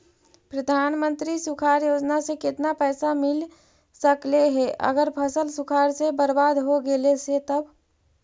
प्रधानमंत्री सुखाड़ योजना से केतना पैसा मिल सकले हे अगर फसल सुखाड़ से बर्बाद हो गेले से तब?